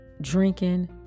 drinking